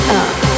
up